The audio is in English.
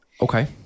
Okay